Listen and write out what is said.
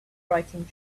writing